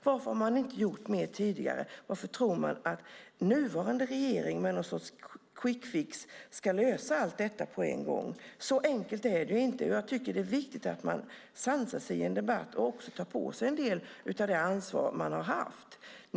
Varför har man inte gjort mer tidigare? Varför tror man att nuvarande regering med något slags quick fix ska lösa allt detta på en gång? Så enkelt är det inte. Jag tycker att det är viktigt att man i en debatt sansar sig och också tar på sig en del av det ansvar som man har haft.